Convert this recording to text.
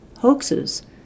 hoaxes